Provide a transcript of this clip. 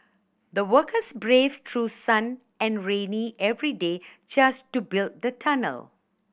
the workers braved through sun and rainy every day just to build the tunnel